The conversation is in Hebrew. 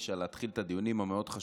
09:00, להתחיל את הדיונים המאוד-חשובים